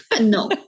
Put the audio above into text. No